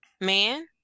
man